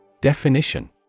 Definition